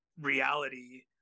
Reality